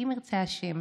ואם ירצה השם,